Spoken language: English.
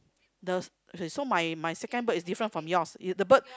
the s~ okay so mine mine second bird is different from yours is the bird